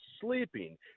sleeping